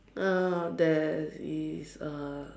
uh there is a